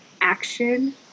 action